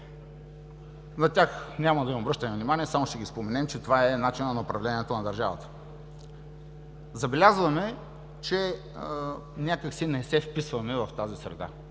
На тях няма да им обръщаме внимание, само ще ги споменем, че това е начинът на управлението на държавата. Забелязваме, че някак си не се вписваме в тази среда,